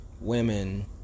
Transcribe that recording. women